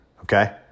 okay